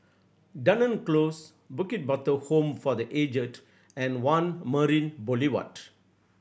Dunearn Close Bukit Batok Home for The Aged and One Marina Boulevard